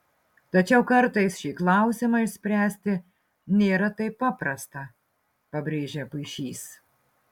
tačiau kartais šį klausimą išspręsti nėra taip paprasta pabrėžia puišys